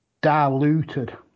diluted